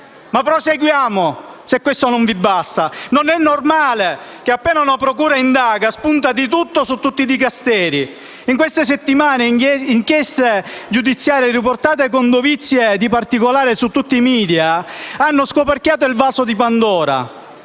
Ma proseguiamo, se questo non vi basta. Non è normale che, appena una procura indaga, spunti di tutto su tutti i dicasteri. In queste settimane inchieste giudiziarie riportate con dovizia di particolari su tutti i *media* hanno scoperchiato il vaso di pandora